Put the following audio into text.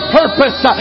purpose